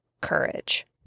courage